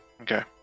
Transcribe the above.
Okay